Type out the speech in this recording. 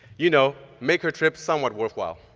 you know, make her trip somewhat worthwhile.